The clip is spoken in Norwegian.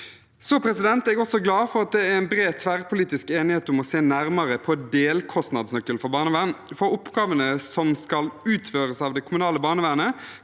nok i Norge. Jeg er også glad for at det er bred, tverrpolitisk enighet om å se nærmere på delkostnadsnøkkelen for barnevern, for oppgavene som skal utføres av det kommunale barnevernet,